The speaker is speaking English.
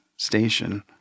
station